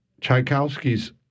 Tchaikovsky's